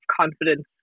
confidence